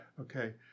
okay